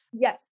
Yes